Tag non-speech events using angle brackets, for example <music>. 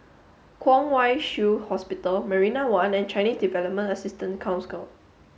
Kwong Wai Shiu Hospital Marina One and Chinese Development Assistance <unintelligible>